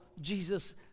Jesus